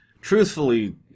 Truthfully